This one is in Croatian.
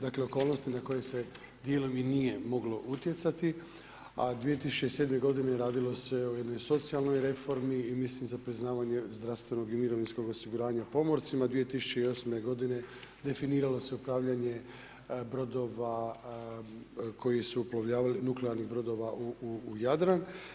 Dakle, okolnosti na koje se nije moglo utjecati, a 2007. godine radilo se o jednoj socijalnoj reformi i mislim za priznavanje zdravstvenog i mirovinskog osiguranja pomorcima, 2008. godine definiralo se upravljanje brodova koji su uplovljavali, nuklearnih brodova u Jadran.